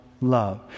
love